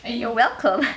you're welcome